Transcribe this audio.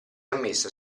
ammessa